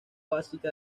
básica